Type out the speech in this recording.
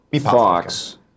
Fox